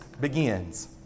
begins